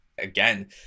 again